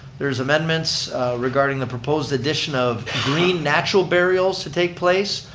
there's amendments regarding the proposed addition of green natural burials to take place,